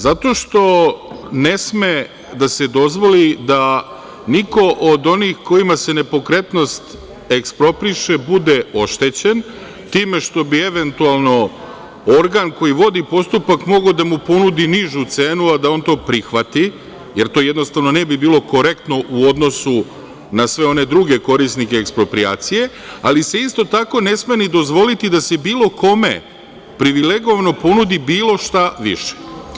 Zato što ne sme da se dozvoli da niko od onih kojima se nepokretnost ekspropriše bude oštećen time što bi eventualno organ koji vodi postupak mogao da mu ponudi nižu cenu, a da on to prihvati, jer to, jednostavno, ne bi bilo korektno u odnosu na sve one druge korisnike eksproprijacije, ali se isto tako ne sme dozvoliti da se bilo kome privilegovano ponudi bilo šta više.